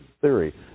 theory